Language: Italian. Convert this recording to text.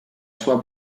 sua